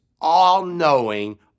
all-knowing